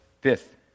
Fifth